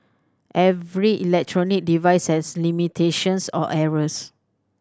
every electronic device has limitations or errors